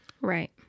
right